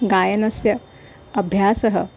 गायनस्य अभ्यासः